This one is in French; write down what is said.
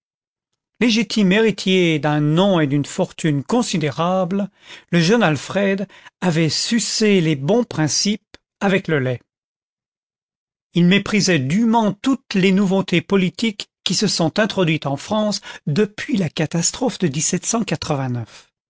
légitime héritier d'un nom et d'une fortune considérables le jeune alfred avait sucé les bons principes avec le lait il méprisait dûment toutes les nouveautés politiques qui se sont introduites en france depuis la ca tastrophe de